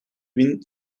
bin